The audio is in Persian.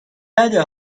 بده